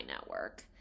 Network